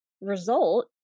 result